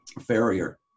farrier